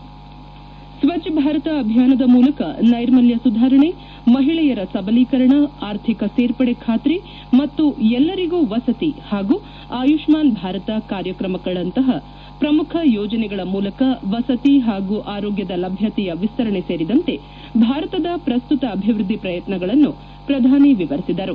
ಸ್ವಚ್ಛ ಭಾರತ ಅಭಿಯಾನದ ಮೂಲಕ ನೈರ್ಮಲ್ಯ ಸುಧಾರಣೆ ಮಹಿಳೆಯರ ಸಬಲೀಕರಣ ಆರ್ಥಿಕ ಸೇರ್ಪಡೆ ಖಾತ್ರಿ ಮತ್ತು ಎಲ್ಲರಿಗೂ ವಸತಿ ಹಾಗೂ ಆಯುಷ್ಮಾನ್ ಭಾರತ ಕಾರ್ಯಕ್ರಮಗಳಂತಹ ಪ್ರಮುಖ ಯೋಜನೆಗಳ ಮೂಲಕ ವಸತಿ ಮತ್ತು ಆರೋಗ್ಯದ ಲಭ್ಯತೆಯ ವಿಸ್ತರಣೆ ಸೇರಿದಂತೆ ಭಾರತದ ಪ್ರಸ್ತುತ ಅಭಿವೃದ್ಧಿ ಪ್ರಯತ್ನಗಳನ್ನು ಪ್ರಧಾನಿ ವಿವರಿಸಿದರು